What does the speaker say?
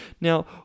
now